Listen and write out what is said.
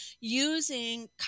using